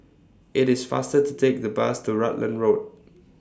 IT IS faster to Take The Bus to Rutland Road